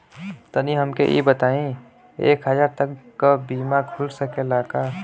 तनि हमके इ बताईं की एक हजार तक क बीमा खुल सकेला का?